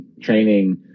Training